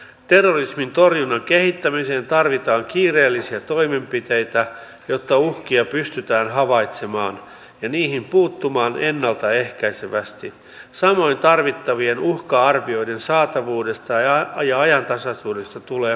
tullin toimintamenoihin osoitettujen määrärahojen lisäystä perustelee myös turvapaikanhakijoiden määrän kasvu ja on tärkeää tässä yhteydessä myös se että nämä kulut korvataan edelleen jatkossakin